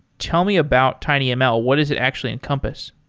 tell me about tinyml. what does it actually encompass?